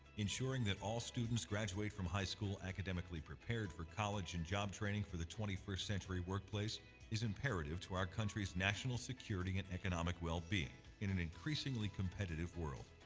ensuring that all students graduate from high school academically prepared for college and job training for the twenty first century workplace is imperative to our country's national security and economic well-being. in an increasingly competitive world,